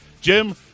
Jim